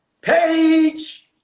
page